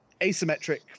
Asymmetric